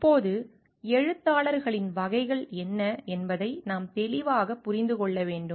இப்போது எழுத்தாளர்களின் வகைகள் என்ன என்பதை நாம் தெளிவாக புரிந்து கொள்ள வேண்டும்